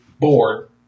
board